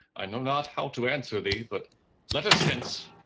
i know not how to answer thee but let us hence,